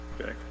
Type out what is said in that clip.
okay